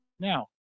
Now